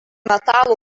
metalų